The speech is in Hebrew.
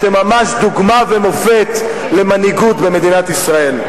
אתם ממש דוגמה ומופת למנהיגות במדינת ישראל.